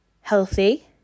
healthy